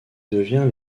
devient